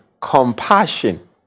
compassion